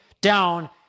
down